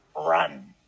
run